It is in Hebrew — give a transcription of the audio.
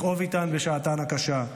לכאוב איתן בשעתן הקשה,